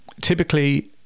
typically